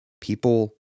people